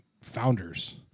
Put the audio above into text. Founders